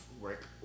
work